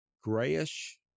grayish